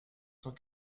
cent